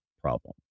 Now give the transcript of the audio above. problem